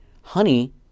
honey